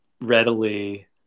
readily